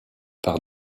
par